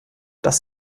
das